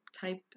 type